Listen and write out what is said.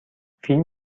فیلم